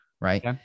right